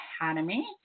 Academy